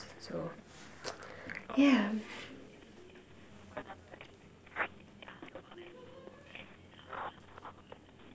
so yeah